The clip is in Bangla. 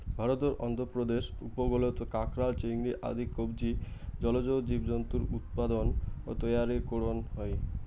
ভারতর অন্ধ্রপ্রদেশ উপকূলত কাকড়া, চিংড়ি আদি কবচী জলজ জীবজন্তুর উৎপাদন ও তৈয়ারী করন হই